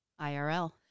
IRL